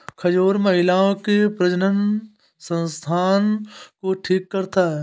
खजूर महिलाओं के प्रजननसंस्थान को ठीक करता है